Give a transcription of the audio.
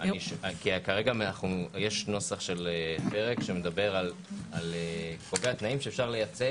יש נוסח של פרק שמדבר על סוגי התנאים שאפשר לייצא.